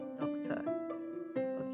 doctor